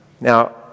Now